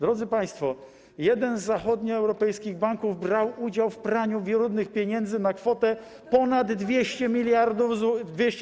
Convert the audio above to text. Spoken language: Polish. Drodzy państwo, jeden z zachodnioeuropejskich banków brał udział w praniu brudnych pieniędzy na kwotę ponad 200 mld euro.